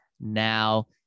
now